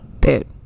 Boot